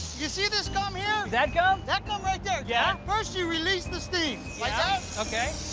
you see this gum here? that gum? that gum right there, yeah? first, you release the steam like